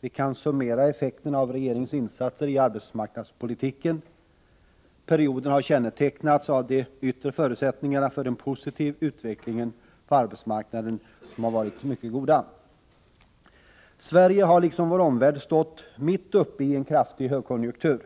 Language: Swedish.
Vi kan summera effekterna av regeringens insatser i arbetsmarknadspolitiken. Perioden har kännetecknats av att de yttre förutsättningarna för en positiv utveckling på arbetsmarknaden har varit mycket goda. Sverige har, liksom vår omvärld, stått mitt uppe i en kraftig högkonjunktur.